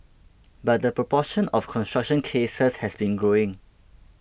but the proportion of construction cases has been growing